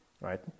right